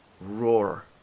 roar